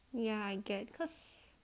ya I get cause